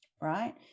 right